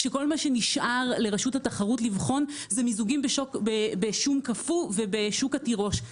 כשכל מה שנשאר לרשות התחרות לבחון זה מיזוגים בשום קפוא ושוק התירוש.